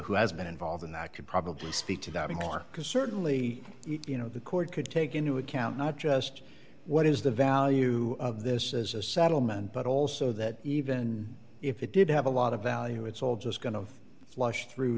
who has been involved in that could probably speak to diving more because certainly you know the court could take into account not just what is the value of this as a settlement but also that even if it did have a lot of value it's all just going to flush through